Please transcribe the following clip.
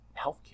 healthcare